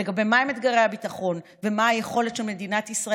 לגבי מהם אתגרי הביטחון ומה היכולת של מדינת ישראל